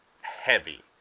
heavy